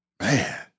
Man